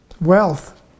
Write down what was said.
wealth